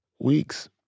Weeks